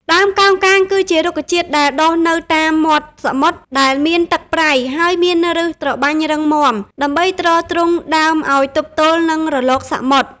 ដើមកោងកាង គឺជារុក្ខជាតិដែលដុះនៅតាមមាត់សមុទ្រដែលមានទឹកប្រៃ ហើយមានឫសត្របាញ់រឹងមាំ ដើម្បីទ្រទ្រង់ដើមឲ្យទប់ទល់នឹងរលកសមុទ្រ។